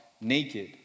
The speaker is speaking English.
naked